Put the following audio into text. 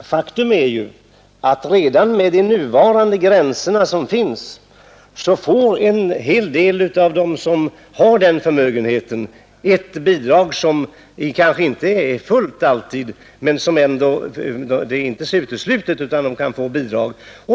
Faktum är att redan med de nuvarande gränser som finns får en hel del av dem som har den förmögenheten ett bidrag som visserligen kanske inte alltid är fullt, men det är inte helt uteslutet att de kan få ett bidrag.